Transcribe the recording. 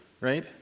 right